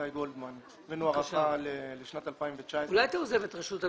הבאנו הערכה לשנת 2019. אולי אתה עוזב